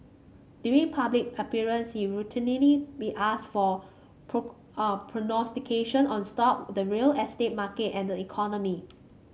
during public appearance he routinely be asked for prognostication on stock the real estate market and the economy